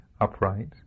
upright